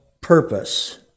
purpose